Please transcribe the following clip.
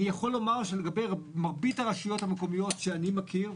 אני יכול לומר לגבי מרבית הרשויות המקומיות שאני מכיר,